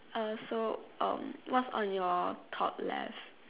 uh so um what's on your top left